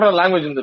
language